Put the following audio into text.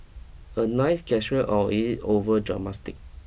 a nice gesture or is it over